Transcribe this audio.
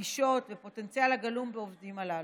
הגישות והפוטנציאל הגלום בעובדים הללו.